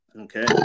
Okay